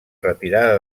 retirada